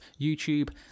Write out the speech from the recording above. YouTube